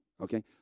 Okay